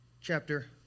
chapter